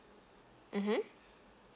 mmhmm